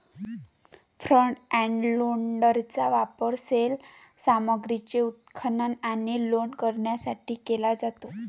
front end लोडरचा वापर सैल सामग्रीचे उत्खनन आणि लोड करण्यासाठी केला जातो